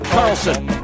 Carlson